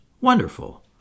Wonderful